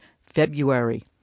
February